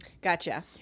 Gotcha